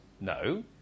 No